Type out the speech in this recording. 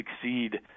succeed